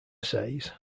says